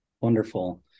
Wonderful